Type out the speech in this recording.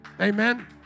Amen